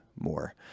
more